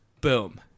boom